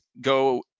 go